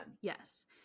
yes